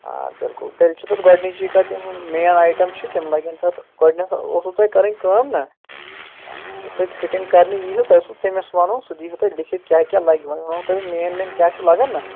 آ بِلکُل تیٚلہِ چھِ تَتھ گۄڈنِچی کَتھ یِمہٕ مین آیٹَم چھِ تِمَن لَگن تَتھ گۄڈٕنٮ۪تھ اوسُو تۄہہِ کَرٕنۍ کٲم نہ یُس تۄہہِ فِٹِنٛگ کرنہِ ییٖیِو تۄہہِ اوسوُ تٔمِس وَنُن سُہ دِیٖہوٗ تۄہہِ لیٚکِتھ کیٛاہ کیٛاہ لَگہِ وۄنۍ وَنو تۄہہِ بہٕ مین مین کیٛاہ چھُ لَگان نہ